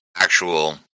actual